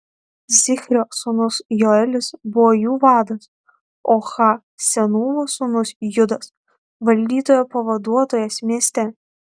zichrio sūnus joelis buvo jų vadas o ha senūvos sūnus judas valdytojo pavaduotojas mieste